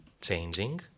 changing